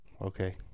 Okay